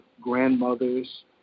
grandmothers